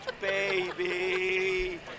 baby